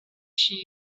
she